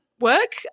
work